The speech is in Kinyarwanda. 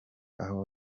aho